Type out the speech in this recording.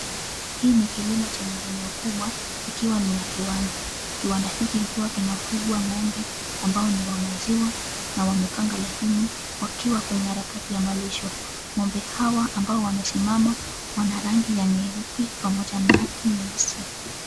Hii ni kilimo chenye eneo kubwa ikiwa ni ya kiwanda. Kiwanda hiki kikiwa kinafugwa ng'ombe ambao ni wa maziwa na wamepanga laini wakiwa kwenye harakati za malisho.Ng'ombe hawa ambao wamesimama wana rangi ya nyeupe pamoja na nyeusi.